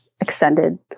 extended